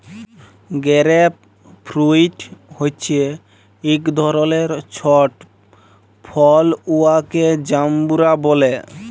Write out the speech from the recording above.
grape fruit হছে ইক ধরলের ছট ফল উয়াকে জাম্বুরা ব্যলে